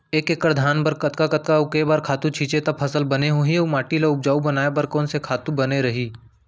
एक एक्कड़ धान बर कतका कतका अऊ के बार खातू छिंचे त फसल बने होही अऊ माटी ल उपजाऊ बनाए बर कोन से खातू बने रही?